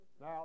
Now